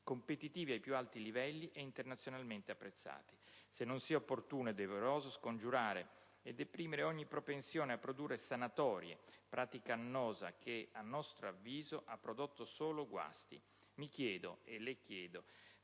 competitivi ai più alti livelli e internazionalmente apprezzati; se non sia opportuno e doveroso scongiurare e deprimere ogni propensione a produrre «sanatorie», pratica annosa che, a nostro avviso, ha prodotto solo guasti. Mi chiedo, e le chiedo,